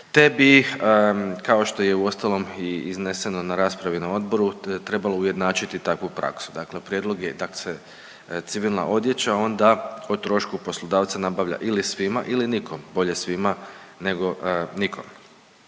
te bi kao što je i uostalom izneseno na raspravi na odboru, trebalo ujednačiti takvu praksu, dakle prijedlog je da se civilna odjeća onda o trošku poslodavca nabavlja ili svima ili nikom, bolje svima nego nikom.